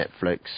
Netflix